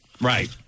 Right